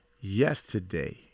yesterday